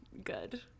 good